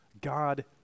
God